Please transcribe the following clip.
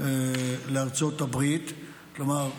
לארצות הברית, כלומר,